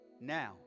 now